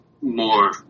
more